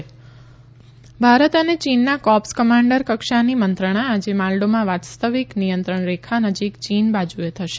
ભારત ચીન corps commander Bharat અને ચીનના કોર્પ્સ કમાન્ડર કક્ષાની મંત્રણા આજે મોલ્ડોમાં વાસ્તવિક નિયંત્રણ રેખા નજીક ચીન બાજુએ થશે